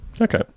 Okay